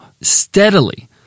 steadily